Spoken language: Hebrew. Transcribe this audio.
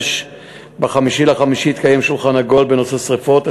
5. ב-5 במאי 2013 התקיים "שולחן עגול" בנושא שרפות,